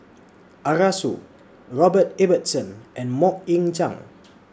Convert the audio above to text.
Arasu Robert Ibbetson and Mok Ying Jang